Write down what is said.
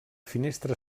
finestra